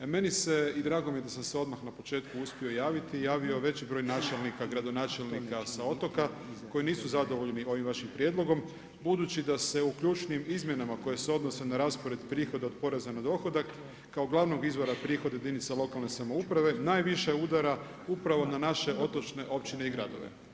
Meni se i drago mi je da sam se odmah na početku uspio javiti, javio veći broj načelnika, gradonačelnika sa otoka koji nisu zadovoljni ovim vašim prijedlogom budući da se u ključnim izmjenama koje se odnose na raspored prihoda od poreza na dohodak kao glavnog izvora prihoda jedinica lokalne samouprave najviše udara upravo na naše otočne općine i gradove.